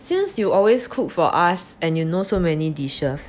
since you always cook for us and you know so many dishes